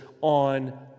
on